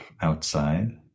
outside